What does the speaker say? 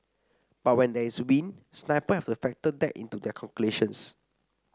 but when there is wind sniper have to factor that into their calculations